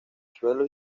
suelo